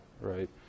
right